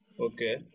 Okay